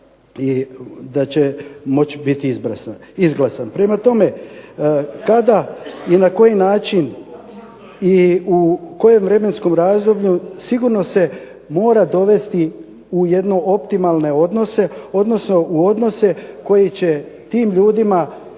i da će moći biti izglasan. Prema tome, kada i na koji način i u kojem vremenskom razdoblju sigurno se mora dovesti u jedne optimalne odnose, odnosno u odnose koji će tim ljudima